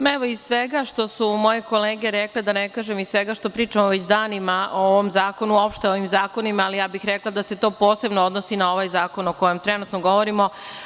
Iz svega što su moje kolege rekle, da ne kažem iz svega što pričamo već danima o ovom zakonu, uopšte o ovim zakonima, ali ja bih rekla da se to posebno odnosi na ovaj zakon o kojem trenutno govorimo.